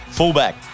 Fullback